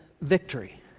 victory